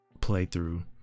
playthrough